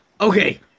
Okay